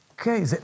Okay